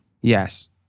Yes